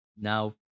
now